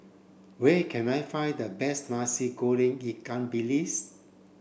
where can I find the best Nasi Goreng Ikan Bilis